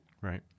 Right